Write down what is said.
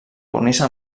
cornisa